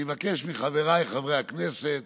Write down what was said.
אני מבקש מחבריי חברי הכנסת